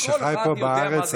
מי שחי פה בארץ,